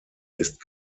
ist